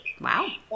Wow